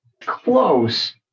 Close